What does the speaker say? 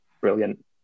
brilliant